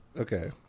Okay